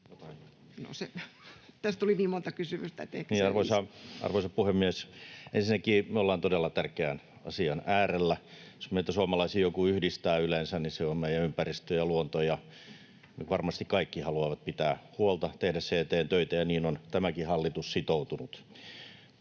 Arvoisa puhemies! Ensinnäkin me ollaan todella tärkeän asian äärellä. Jos meitä suomalaisia jokin yhdistää yleensä, niin se on meidän ympäristö ja luonto. Me varmasti kaikki haluamme pitää siitä huolta, tehdä sen eteen töitä, ja siihen on tämäkin hallitus sitoutunut.